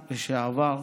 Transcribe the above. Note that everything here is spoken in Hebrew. לשעבר,